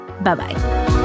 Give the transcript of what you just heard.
Bye-bye